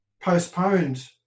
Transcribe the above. postponed